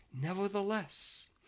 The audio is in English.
Nevertheless